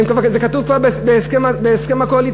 זה כתוב כבר בהסכם הקואליציוני.